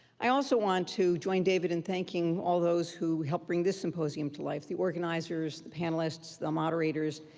i also want to join david in thanking all those who helped bring this symposium to life the organizers, the panelists, the moderators,